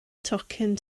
tocyn